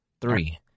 three